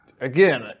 again